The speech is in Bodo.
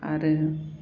आरो